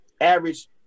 average